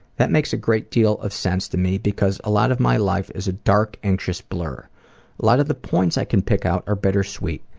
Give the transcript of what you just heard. that makes a great deal of sense to me because a lot of my life is a dark, anxious blur. a lot of the points i can pick out are bittersweet.